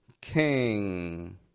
king